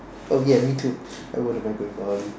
okay ya me too I wouldn't mind going Bali